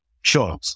Sure